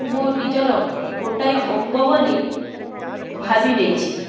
ମୋ ନିଜର ଗୋଟାଏ ଅଙ୍ଗ ବୋଲି ଭାବି ନେଇଛି